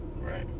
Right